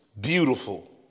beautiful